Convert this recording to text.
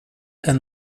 and